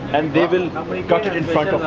and they will cut it in front